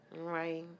right